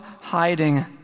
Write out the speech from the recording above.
hiding